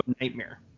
nightmare